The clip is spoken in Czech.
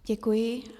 Děkuji.